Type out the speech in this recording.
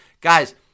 guys